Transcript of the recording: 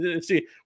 see